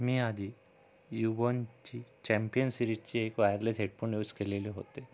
मी आधी युवन चि चॅम्पियन सिरीजचे एक वायरलेस हेडफोन यूज केलेले होते